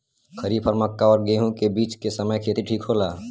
खरीफ और मक्का और गेंहू के बीच के समय खेती ठीक होला?